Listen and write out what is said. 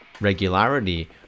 regularity